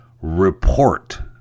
report